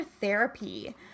therapy